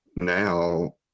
now